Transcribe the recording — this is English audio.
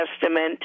Testament